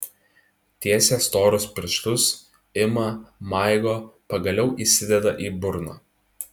tiesia storus pirštus ima maigo pagaliau įsideda į burną